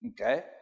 okay